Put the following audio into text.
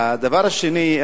הדבר השני,